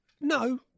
No